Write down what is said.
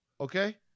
Okay